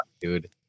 dude